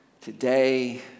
Today